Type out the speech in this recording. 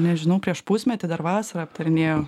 nežinau prieš pusmetį dar vasarą aptarinėjo